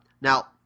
now